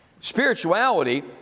Spirituality